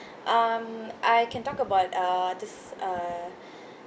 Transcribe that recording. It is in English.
um I can talk about uh this uh